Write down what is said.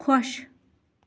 خۄش